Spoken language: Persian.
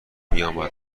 میامد